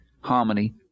harmony